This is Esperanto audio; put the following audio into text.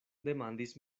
demandis